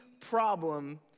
problem